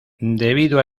debido